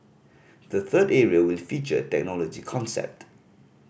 the third area will feature technology concept